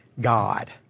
God